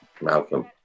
malcolm